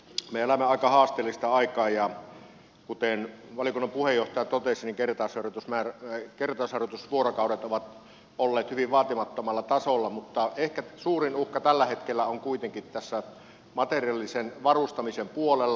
me elämme aika haasteellista aikaa ja kuten valiokunnan puheenjohtaja totesi kertausharjoitusvuorokaudet ovat olleet hyvin vaatimattomalla tasolla mutta ehkä suurin uhka tällä hetkellä on kuitenkin tässä materiaalisen varustamisen puolella